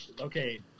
Okay